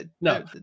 No